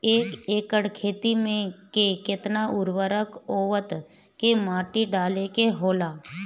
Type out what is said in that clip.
एक एकड़ खेत में के केतना उर्वरक बोअत के माटी डाले के होला?